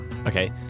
Okay